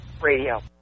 radio